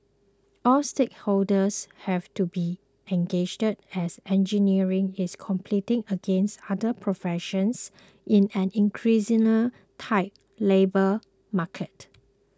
all stakeholders have to be engaged as engineering is competing against other professions in an increasingly tight labour market